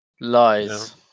Lies